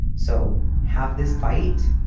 so have this fight.